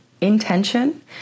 intention